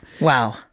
wow